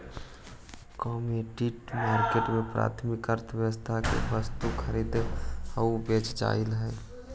commodity market में प्राथमिक अर्थव्यवस्था के वस्तु खरीदी आऊ बेचल जा हइ